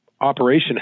operation